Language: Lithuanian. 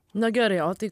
na gerai o tai